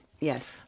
Yes